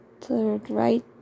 third-right